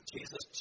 Jesus